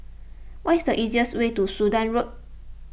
what is the easiest way to Sudan Road